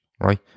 right